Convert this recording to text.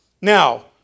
Now